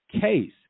case